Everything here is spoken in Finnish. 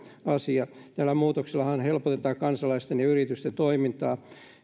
asia tällä muutoksellahan helpotetaan kansalaisten ja yritysten toimintaa